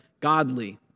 Godly